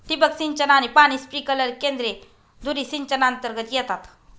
ठिबक सिंचन आणि पाणी स्प्रिंकलर केंद्रे धुरी सिंचनातर्गत येतात